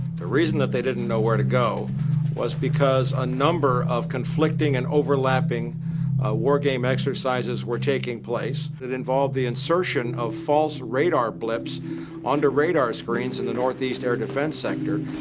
the reason that they didn't know where to go was because a number of conflicting and overlapping war game exercises were taking place that involved the insertion of false radar blips on the radar screens in the north-east air defense sector.